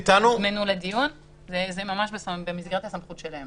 זה ממש לא במסגרת הדיון.